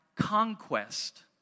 conquest